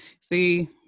see